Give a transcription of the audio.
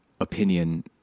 opinion